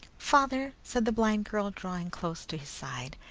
father, said the blind girl, drawing close to his side,